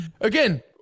again